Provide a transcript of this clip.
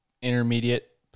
intermediate